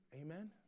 Amen